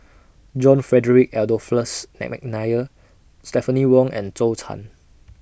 John Frederick Adolphus Mcnair Stephanie Wong and Zhou Can